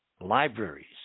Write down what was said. libraries